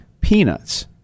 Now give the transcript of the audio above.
peanuts